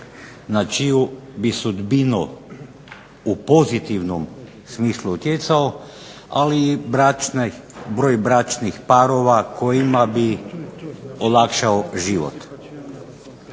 na čiju bi sudbinu u pozitivnom smislu utjecao ali i broju bračnih parova kojima bi olakšao život.